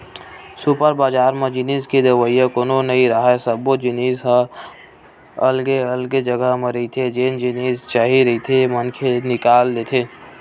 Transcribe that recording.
super बजार म जिनिस के देवइया कोनो नइ राहय, सब्बो जिनिस ह अलगे अलगे जघा म रहिथे जेन जिनिस चाही रहिथे मनखे निकाल लेथे